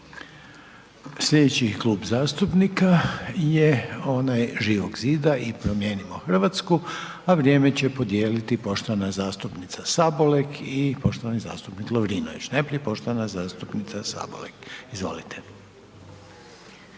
Slijedeći Klub zastupnika je onaj Živog zida i Promijenimo Hrvatsku, a vrijem će podijeliti poštovana zastupnica Sabolek i poštovani zastupnik Lovrinović. Najprije poštovana zastupnica Sabolek. Izvolite.